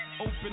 open